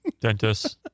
dentist